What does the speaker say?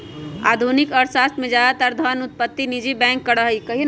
आधुनिक अर्थशास्त्र में ज्यादातर धन उत्पत्ति निजी बैंक करा हई